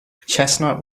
chestnut